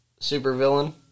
supervillain